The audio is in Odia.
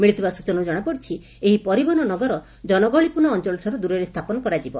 ମିଳିଥିବା ସ୍ଟଚନାରୁ ଜଣାପଡ଼ିଛି ଏହି ପରିବହନ ନଗର ଜନଗହଳିପୂର୍ଶ୍ଣ ଅଞ୍ଚଳଠାରୁ ଦୂରରେ ସ୍ରାପନ କରାଯିବ